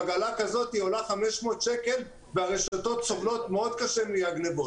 עגלה כזאת עולה 500 שקל והרשתות סובלות מאוד קשה מהגניבות.